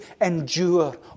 endure